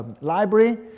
library